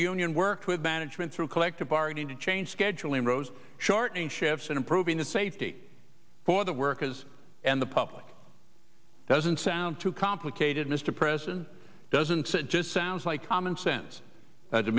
union worked with management through collective bargaining to change scheduling rows shortening shifts and improving the safety for the workers and the public doesn't sound too complicated mr president doesn't it just sounds like common sense to